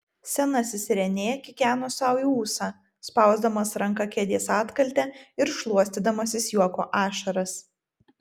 senasis renė kikeno sau į ūsą spausdamas ranka kėdės atkaltę ir šluostydamasis juoko ašaras